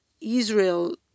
Israel